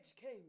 came